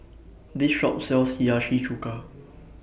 This Shop sells Hiyashi Chuka